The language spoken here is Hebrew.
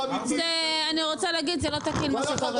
אני רוצה להגיד זה לא תקין מה שקורה פה.